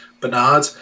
Bernard